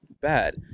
bad